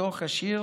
בתוך השיר